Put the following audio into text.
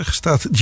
staat